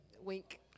Wink